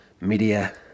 media